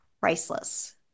priceless